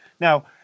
Now